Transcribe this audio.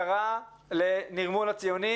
אני רוצה לדעת מה קרה לנירמול הציונים,